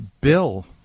bill